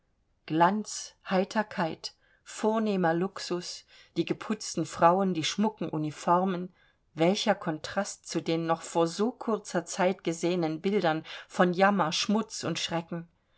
glanz heiterkeit vornehmer luxus die geputzten frauen die schmucken uniformen welcher kontrast zu den noch vor so kurzer zeit gesehenen bildern von jammer schmutz und schrecken